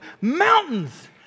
mountains